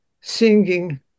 singing